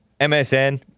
MSN